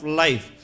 life